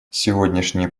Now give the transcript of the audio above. сегодняшние